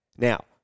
Now